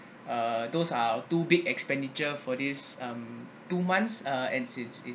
uh those are two big expenditure for this um two months uh and since